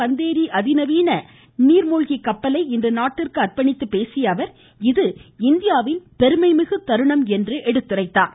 கந்தேரி அதிநவீன நீர்மூழ்கி கப்பலை இன்று நாட்டிற்கு அர்ப்பணித்து பேசிய அவர் இது இந்தியாவின் பெருமைமிகு தருணம் என்று குறிப்பிட்டார்